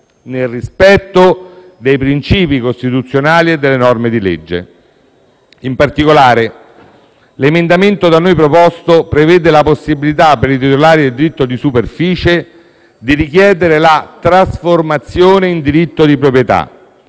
nel rispetto dei principi costituzionali e delle norme di legge. In particolare, l'emendamento da noi proposto prevede la possibilità per i titolari del diritto di superficie di richiederne la trasformazione in diritto di proprietà,